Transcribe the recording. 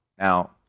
Now